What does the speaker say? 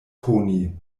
koni